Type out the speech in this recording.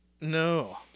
No